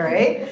right.